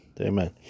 Amen